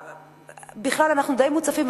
בכלל אנחנו די מוצפים.